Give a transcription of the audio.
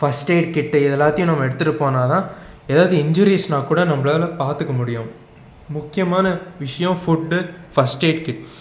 first aid kit இது எல்லாத்தையும் எடுத்துட்டு போனாதான் ஏதாவது எஞ்சுரியஸ்ன்னா கூட நம்மளால் பார்த்துக்க முடியும் முக்கியமான விஷயம் ஃபுட்டு ஃபர்ஸ்ட்டைய்டு கிட்டு